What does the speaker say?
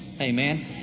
Amen